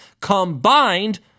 combined